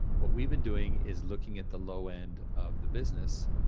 what we've been doing is looking at the low end of the business,